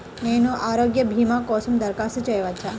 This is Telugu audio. నేను ఆరోగ్య భీమా కోసం దరఖాస్తు చేయవచ్చా?